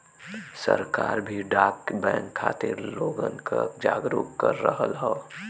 सरकार भी डाक बैंक खातिर लोगन क जागरूक कर रहल हौ